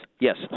yes